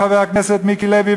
חבר מיקי לוי,